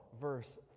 verse